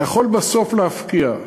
אתה יכול בסוף להפקיע,